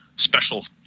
special